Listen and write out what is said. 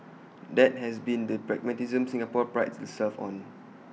that has been the pragmatism Singapore prides itself on